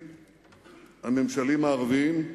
הממשלים הערביים מזהים,